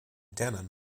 denim